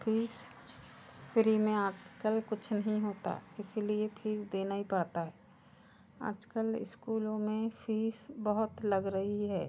fees free में आज कल कुछ नहीं होता इसलिए फीस देना ही पड़ता है आज कल इस्कूलों में फ़ीस बहुत लग रही है